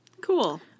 Cool